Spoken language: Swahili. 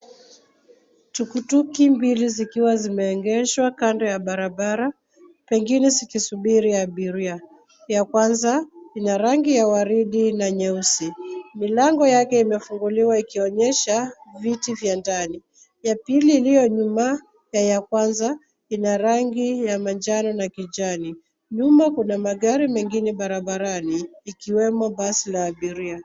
tukutuki mbili zikiwa zimeegeshwa kando ya barabara pengine zikisuburi abiria ya kwanza ina rangi ya waridi na nyeusi milango yake imefunguliwa ikionyesha viti vya ndani ya pili ilionyuma ya yakwanza ina rangi ya manjano na kijani nyuma kuna magari mengine barabarani ikiwemo basi la abiria.